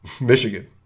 Michigan